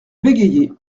bégayait